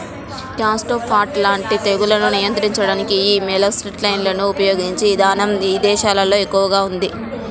gastropod లాంటి తెగుళ్లను నియంత్రించడానికి యీ మొలస్సైడ్లను ఉపయిగించే ఇదానం ఇదేశాల్లో ఎక్కువగా ఉంది